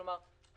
כלומר,